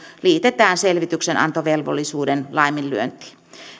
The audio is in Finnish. liitetään selvityksenantovelvollisuuden laiminlyöntiin